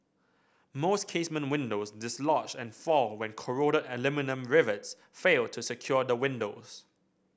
most casement windows dislodge and fall when corroded aluminium rivets fail to secure the windows